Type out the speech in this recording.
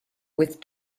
with